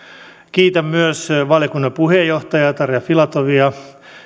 kiitän myös valiokunnan puheenjohtajaa tarja filatovia